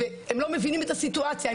הם לא מבינים את הסיטואציה,